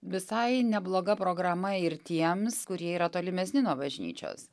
visai nebloga programa ir tiems kurie yra tolimesni nuo bažnyčios